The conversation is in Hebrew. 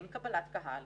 אין קבלת קהל,